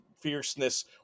Fierceness